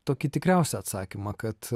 tokį tikriausią atsakymą kad